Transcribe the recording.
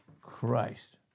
Christ